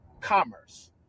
commerce